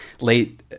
late